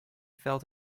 felt